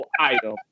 item